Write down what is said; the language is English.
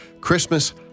Christmas